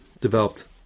developed